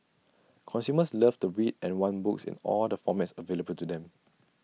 consumers love to read and want books in all the formats available to them